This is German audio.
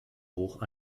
hoch